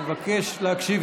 אני מבקש להקשיב,